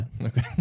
Okay